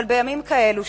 אבל בימים כאלו,